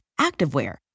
activewear